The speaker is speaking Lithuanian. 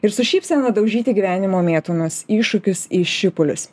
ir su šypsena daužyti gyvenimo mėtomas iššūkius į šipulius